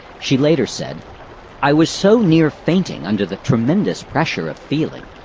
she later said i was so near fainting under the tremendous pressure of feeling.